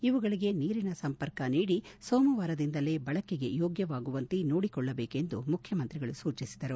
ಇವುಗಳಿಗೆ ನೀರಿನ ಸಂಪರ್ಕ ನೀಡಿ ಸೋಮವಾರದಿಂದಲೇ ಬಳಕೆಗೆ ಯೋಗ್ಭವಾಗುವಂತೆ ನೋಡಿಕೊಳ್ಳಬೇಕೆಂದು ಮುಖ್ಯಮಂತ್ರಿಗಳು ಸೂಚಿಸಿದರು